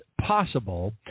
possible